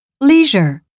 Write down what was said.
Leisure